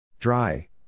Dry